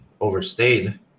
overstayed